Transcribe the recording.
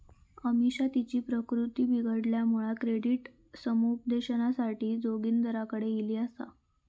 अमिषा तिची प्रकृती बिघडल्यामुळा क्रेडिट समुपदेशनासाठी जोगिंदरकडे ईली आसा